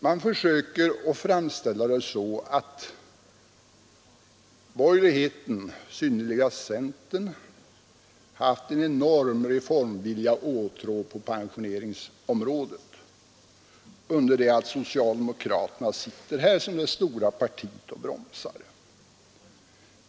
Man försöker framställa det så att borgerligheten, synnerligast centern, haft en enorm reformvilja och åtrå på pensioneringsområdet under det att socialdemokraterna sitter här som det största partiet och bromsar.